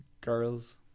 Girls